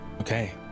Okay